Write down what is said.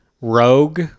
Rogue